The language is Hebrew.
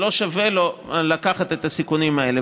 שלא שווה לו לקחת את הסיכונים האלה,